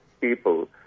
people